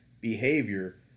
behavior